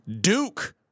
Duke